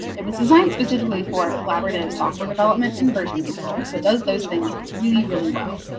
it was designed specifically for collaborative software development in version control. so it does those things really really well.